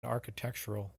architectural